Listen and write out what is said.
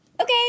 Okay